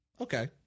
okay